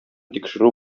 тикшерү